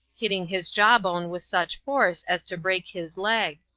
hitting his jawbone with such force as to break his leg.